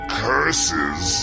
curses